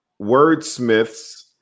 wordsmiths